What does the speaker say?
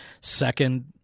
second